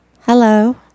Hello